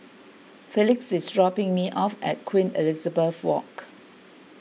Felix is dropping me off at Queen Elizabeth Walk